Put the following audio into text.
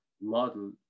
model